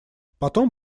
потом